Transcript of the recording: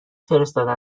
فرستادن